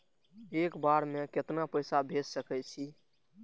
एक बार में केतना पैसा भेज सके छी?